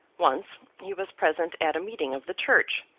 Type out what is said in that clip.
once, he was present at a meeting of the church,